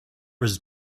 was